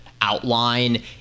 outline